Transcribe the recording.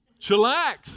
Chillax